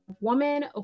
woman